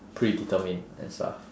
predetermined and stuff